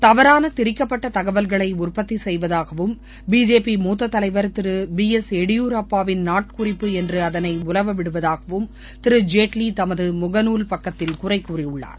தவறான திரிக்கப்பட்ட தகவல்களை உற்பத்தி செய்வதாகவும் பிஜேபி மூத்தத் தலைவர் திரு பி எஸ் எடியூரப்பாவின் நாட்குறிப்பு என்று அதனை உலவ விடுவதாகவும் திரு ஜேட்வி தமது முகநூல் பக்கத்தில் குறை கூறியுள்ளார்